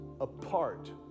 apart